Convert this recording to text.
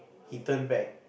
he turn back